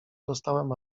dostałem